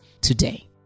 today